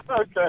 Okay